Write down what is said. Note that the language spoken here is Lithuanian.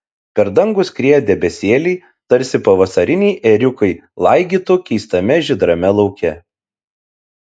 per dangų skrieja debesėliai tarsi pavasariniai ėriukai laigytų keistame žydrame lauke